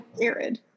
arid